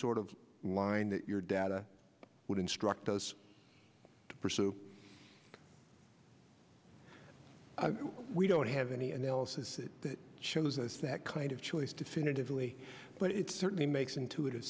sort of line that your data would instruct those to pursue we don't have any analysis that shows us that kind of choice definitively but it certainly makes intuitive